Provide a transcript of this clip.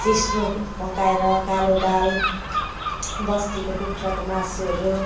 सिस्नो पकाएर कालो दाल बस्तीको कुखुराको मासुहरू